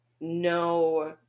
no